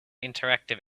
interactive